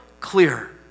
clear